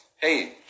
hey